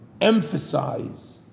Emphasize